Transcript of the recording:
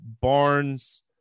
Barnes